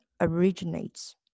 originates